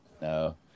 No